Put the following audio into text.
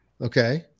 okay